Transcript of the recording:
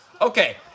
Okay